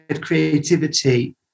creativity